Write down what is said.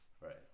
Right